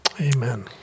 Amen